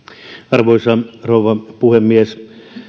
arvoisa rouva puhemies